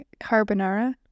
Carbonara